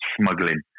smuggling